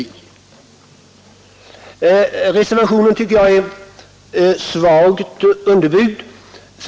Jag tycker att reservationen är svagt underbyggd.